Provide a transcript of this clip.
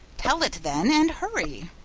tell it, then, and hurry.